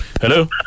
Hello